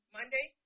Monday